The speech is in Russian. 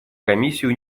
комиссию